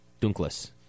Dunkless